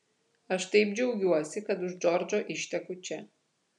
aš taip džiaugiuosi kad už džordžo išteku čia